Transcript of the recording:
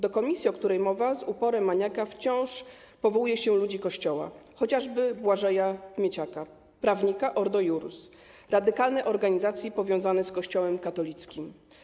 Do komisji, o której mowa, z uporem maniaka wciąż powołuje się ludzi Kościoła, chociażby Błażeja Kmieciaka, prawnika Ordo Iuris, czyli radykalnej organizacji powiązanej z Kościołem katolickim.